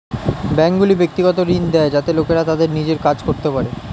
ব্যাঙ্কগুলি ব্যক্তিগত ঋণ দেয় যাতে লোকেরা তাদের নিজের কাজ করতে পারে